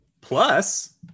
Plus